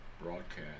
broadcast